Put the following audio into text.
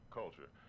culture